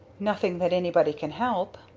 nothing that anybody can help,